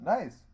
Nice